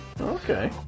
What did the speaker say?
Okay